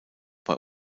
bei